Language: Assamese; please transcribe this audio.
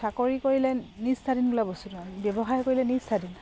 চাকৰি কৰিলে নিজ স্বাধীন বোলা ব্যৱসায় কৰিলে নিজ স্বাধীন